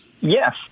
Yes